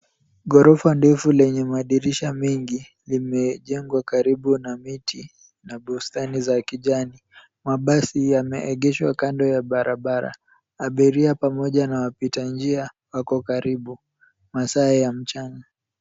Ghorofa ndefu lenye madirisha mengi limejengwa karibu na miti na bustani za kijani . Mabasi yameegeshwa kando ya barabara. Abiria pamoja na wapita njia wako karibu. Masaa ya mchana.